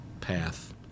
path